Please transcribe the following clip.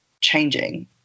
changing